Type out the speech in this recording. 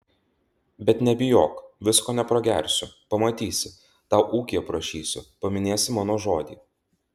bet nebijok visko nepragersiu pamatysi tau ūkį aprašysiu paminėsi mano žodį